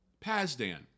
Pazdan